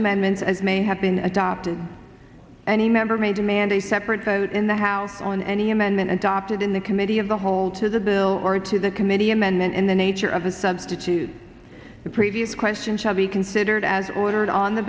amendments as may have been adopted any member may demand a separate vote in the house on any amendment adopted in the committee of the whole to the bill or to the committee amend then in the nature of a substitute the previous question shall be considered as ordered on the